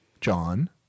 John